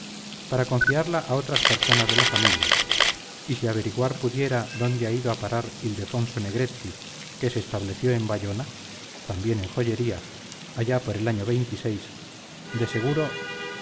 para confiarla a otras personas de la familia y si averiguar pudiera dónde ha ido a parar ildefonso negretti que se estableció en bayona también en joyería allá por el año de seguro